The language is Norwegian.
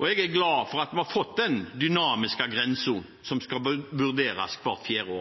Jeg er glad for at vi har fått den dynamiske grensen som skal vurderes bak fjæra,